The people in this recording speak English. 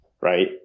right